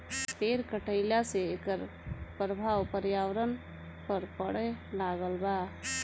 पेड़ कटईला से एकर प्रभाव पर्यावरण पर पड़े लागल बा